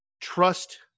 Trust